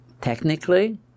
technically